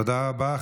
תודה רבה.